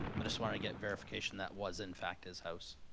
but just wanted to get verification that was in fact his house.